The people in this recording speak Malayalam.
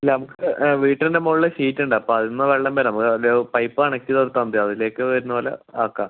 നമുക്ക് വീട്ടിൻ്റ മുകളിൽ ഷീറ്റ് ഉണ്ട് അപ്പോൾ അതിൽ നിന്ന് വെള്ളം വെരാം അത് ഒരു പൈപ്പ് കണക്ട് ചെയ്ത് കൊടുത്താൽ മതി അതിലേക്ക് വരുന്ന പോലെ ആക്കാം